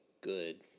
good